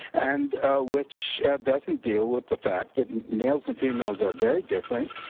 and which doesn't deal with the fact that and males and females are very different,